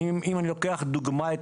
לדוגמה,